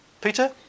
Peter